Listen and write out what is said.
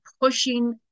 pushing